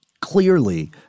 clearly